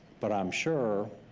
but i'm sure.